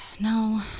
No